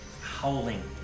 howling